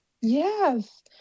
Yes